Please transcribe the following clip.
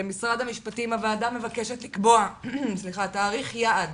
למשרד המשפטים הוועדה מבקשת לקבוע תאריך יעד